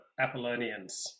Apollonians